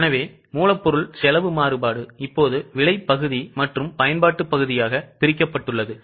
எனவே மூலப்பொருள் செலவு மாறுபாடு இப்போது விலை பகுதி மற்றும் பயன்பாட்டு பகுதியாக பிரிக்கப்பட்டுள்ளது